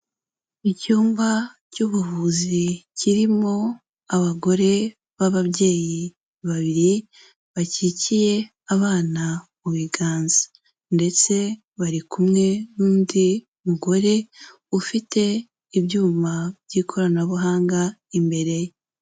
Icyumba cy'ubuvuzi kirimo abagore b'ababyeyi babiri bakikiye abana mu biganza ndetse bari kumwe n'undi mugore ufite ibyuma by'ikoranabuhanga imbere.